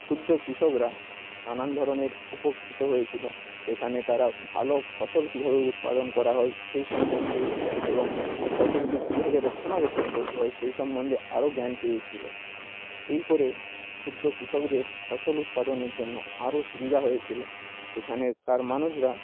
ক্ষুদ্দ কৃষকরা নানান ধরনের উপকৃত হয়েছিলো সেখানে তারা ভালো ফসল কীভাবে উৎপাদন করা হয় সেই সম্বন্ধে এবং ফসলকে কীভাবে রক্ষণাবেক্ষণ করতে হয় সেই সম্বন্ধে আরও জ্ঞান পেয়েছিলো এই করে ক্ষুদ্র কৃষকদের ফসল উৎপাদনের জন্য আরও সুবিধা হয়েছিলো সেখানের তার মানুষরা